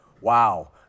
Wow